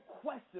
question